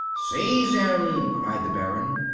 seize him! cried the baron.